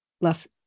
left